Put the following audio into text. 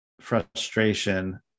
frustration